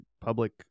public